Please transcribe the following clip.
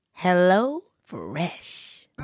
HelloFresh